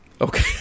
Okay